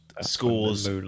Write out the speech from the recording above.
scores